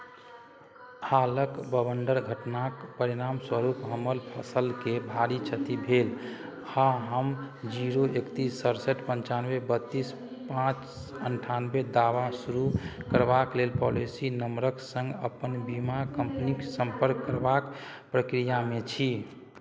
हालक बवंडर घटनाक परिणामस्वरूप हमर फसलके भारी क्षति भेल हँ हम जीरो एकतीस सड़सठि पञ्चानबे बत्तीस पाँच अनठानबे दावा शुरू करबाक लेल पॉलिसी नम्बरक सङ्ग अपन बीमा कम्पनीक सम्पर्क करबाक प्रक्रियामे छी